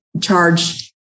charge